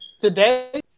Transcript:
Today